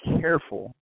careful